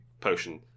potion